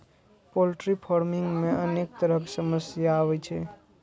poultry farming मे अनेक तरहक समस्या आबै छै